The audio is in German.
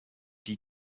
die